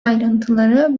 ayrıntıları